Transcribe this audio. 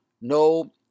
no